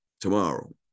tomorrow